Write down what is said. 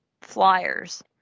flyers